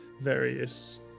various